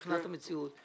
מבחינת המציאות.